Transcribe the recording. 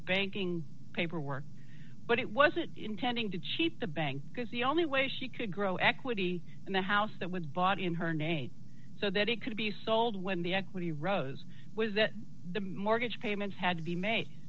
banking paperwork but it wasn't intending to cheat the bank because the only way she could grow equity in the house that was bought in her name so that it could be sold when the rows with the mortgage payments had to be made